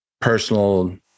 personal